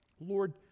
Lord